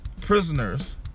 prisoners